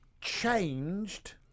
changed